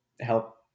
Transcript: help